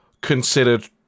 considered